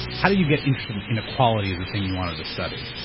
how did you get interested in inequality as a thing you wanted to study?